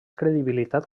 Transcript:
credibilitat